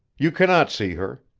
you cannot see her.